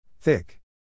Thick